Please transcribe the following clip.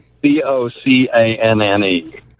B-O-C-A-N-N-E